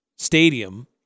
Stadium